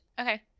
Okay